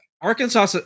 Arkansas